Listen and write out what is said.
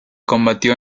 combatió